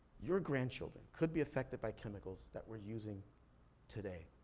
your grandchildren could be affected by chemicals that we're using today.